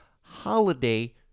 holiday